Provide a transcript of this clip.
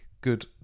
Good